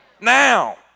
now